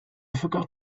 forgot